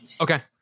okay